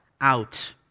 out